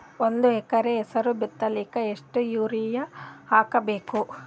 ಒಂದ್ ಎಕರ ಹೆಸರು ಬಿತ್ತಲಿಕ ಎಷ್ಟು ಯೂರಿಯ ಹಾಕಬೇಕು?